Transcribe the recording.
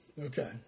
Okay